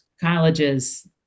colleges